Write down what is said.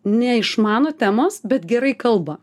neišmano temos bet gerai kalba